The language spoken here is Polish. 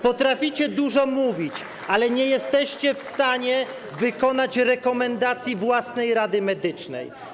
Potraficie dużo mówić, ale nie jesteście w stanie wdrożyć rekomendacji własnej Rady Medycznej.